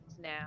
now